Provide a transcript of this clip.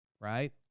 right